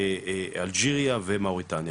אלג'יריה ומאוריטניה.